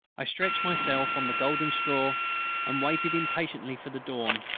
i stretched myself on the golden straw and waited impatiently for the dawn,